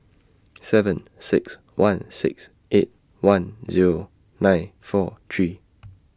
seven six one six eight one Zero nine four three